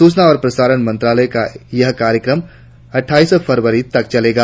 सूचना और प्रसारन मंत्रालय का यह कार्यक्रम अट्ठाईस फरवरी तक चलेगा